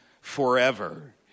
forever